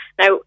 Now